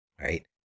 Right